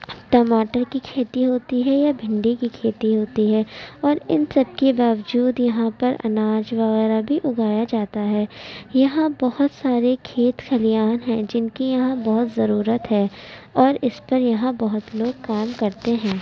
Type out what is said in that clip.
ٹماٹر کی کھیتی ہوتی ہے یا بھنڈی کی کھیتی ہوتی ہے اور ان سب کے باوجود یہاں پر اناج وغیرہ بھی اگایا جاتا ہے یہاں بہت سارے کھیت کھلیان ہیں جن کی یہاں بہت ضرورت ہے اور اس پر یہاں بہت لوگ کام کرتے ہیں